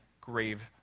grave